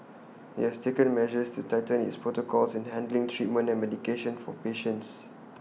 IT has taken measures to tighten its protocols in handling treatment and medication for patients